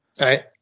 Right